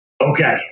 Okay